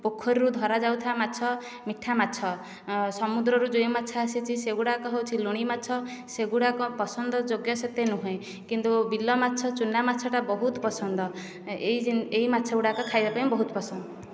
ପୋଖରୀରୁ ଧରା ଯାଉଥିବା ମାଛ ମିଠା ମାଛ ସମୁଦ୍ରରୁ ଯେଉଁ ମାଛ ଆସିଛି ସେହି ଗୁଡ଼ିକ ହେଉଛି ଲୁଣି ମାଛ ସେହି ଗୁଡ଼ିକ ପସନ୍ଦ ଯୋଗ୍ୟ ସେତେ ନୁହେଁ କିନ୍ତୁ ବିଲ ମାଛ ଚୁନା ମାଛଟା ବହୁତ ପସନ୍ଦ ଏଇ ଯେ ଏହି ମାଛ ଗୁଡ଼ିକ ଖାଇବା ପାଇଁ ବହୁତ ପସନ୍ଦ